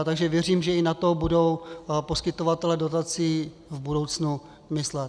Takže věřím, že i na to budou poskytovatelé dotací v budoucnu myslet.